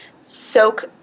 soak